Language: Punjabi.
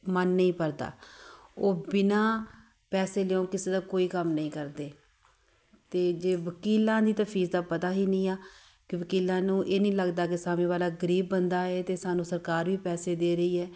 ਮਨ ਨਹੀਂ ਭਰਦਾ ਉਹ ਬਿਨਾਂ ਪੈਸੇ ਲਏ ਕਿਸੇ ਦਾ ਕੋਈ ਕੰਮ ਨਹੀਂ ਕਰਦੇ ਅਤੇ ਜੇ ਵਕੀਲਾਂ ਦੀ ਤਾਂ ਫੀਸ ਦਾ ਪਤਾ ਹੀ ਨਹੀਂ ਆ ਕਿ ਵਕੀਲਾਂ ਨੂੰ ਇਹ ਨਹੀਂ ਲੱਗਦਾ ਕਿ ਸਾਹਮਣੇ ਵਾਲਾ ਗਰੀਬ ਬੰਦਾ ਹੈ ਅਤੇ ਸਾਨੂੰ ਸਰਕਾਰ ਵੀ ਪੈਸੇ ਦੇ ਰਹੀ ਹੈ